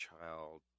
child